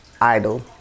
idol